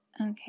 Okay